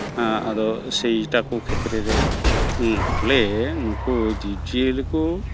ᱟᱫᱚ ᱥᱮᱹᱭ ᱮᱴᱟᱜ ᱠᱚ ᱠᱷᱮᱛᱛᱨᱮ ᱨᱮ ᱯᱷᱚᱞᱮ ᱱᱩᱠᱩ ᱡᱤᱵᱽᱼᱡᱤᱭᱟᱹᱞᱤ ᱠᱚ